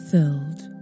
filled